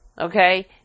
Okay